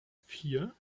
vier